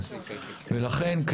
לכן,